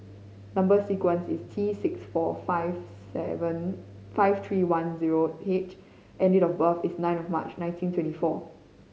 number sequence is T six four five seven five three one zero H and date of birth is nine of March nineteen twenty four